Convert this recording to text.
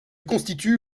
constitue